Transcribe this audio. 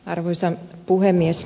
arvoisa puhemies